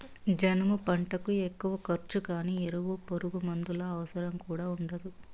జనుము పంటకు ఎక్కువ ఖర్చు గానీ ఎరువులు పురుగుమందుల అవసరం కూడా ఉండదు